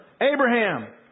abraham